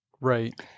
Right